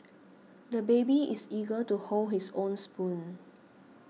the baby is eager to hold his own spoon